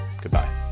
Goodbye